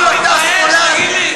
אתה שתול,